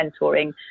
mentoring